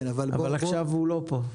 אבל עכשיו הוא לא פה.